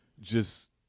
just-